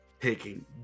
taking